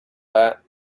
that